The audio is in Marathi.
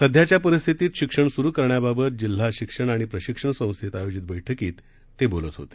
सध्याच्या परिस्थितीत शिक्षण सुरु करण्याबाबत जिल्हा शिक्षण आणि प्रशिक्षण संस्थेत आयोजित बैठकीत बोलत होते